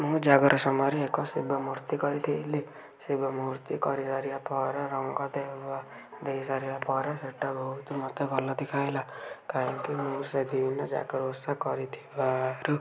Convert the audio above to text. ମୁଁ ଜାଗର ସମୟରେ ଏକ ଶିବ ମୂର୍ତ୍ତି କରିଥିଲି ଶିବ ମୂର୍ତ୍ତି କରି ସାରିବା ପରେ ରଙ୍ଗ ଦେବା ଦେଇ ସାରିବା ପରେ ସେଇଟା ଭଉତୁ ମୋତେ ଭଲ ଦେଖା ହେଲା କାହିଁକି ମୁଁ ସେ ଦିନ ଜାଗର ଓଷା କରିଥିବାରୁ